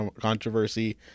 controversy